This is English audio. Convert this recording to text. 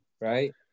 right